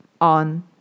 on